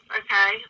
okay